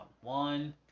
One